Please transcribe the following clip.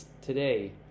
today